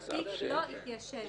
התיק לא התיישן,